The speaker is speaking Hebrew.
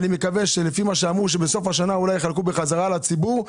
לפי מה שאמרו, בסוף השנה אולי יחלקו בחזרה לציבור,